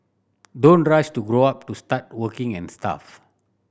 don't rush to grow up to start working and stuff